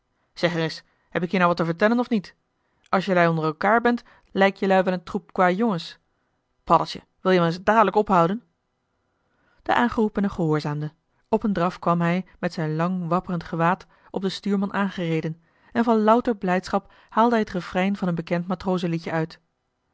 zeg ereis heb ik hier nou wat te vertellen of niet als jelui onder elkaar bent lijk jelui wel een troep kwâjongens paddeltje wil-je wel eens dadelijk ophouden de aangeroepene gehoorzaamde op een draf kwam hij met zijn lang wapperend gewaad op den stuurman aangereden en van louter blijdschap haalde hij het refrein van een bekend matrozenliedje uit